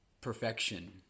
perfection